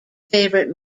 favorite